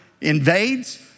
invades